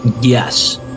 Yes